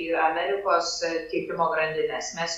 į amerikos tiekimo grandines mes